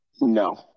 no